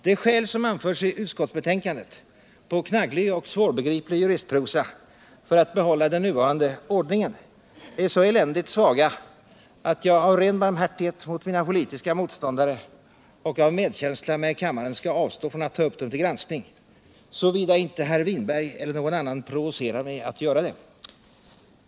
De skäl som anförs i utskottsbetänkandet — på knagglig och svårbegriplig juristprosa — för att behålla den nuvarande ordningen är så eländigt svaga att jag av ren barmhärtighet mot mina politiska motståndare och av medkänsla med kammaren skall avstå från att ta upp dem till granskning, såvida inte herr Winberg eller någon annan provocerar mig att göra det.